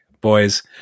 Boys